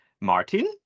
Martin